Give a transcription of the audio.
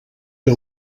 que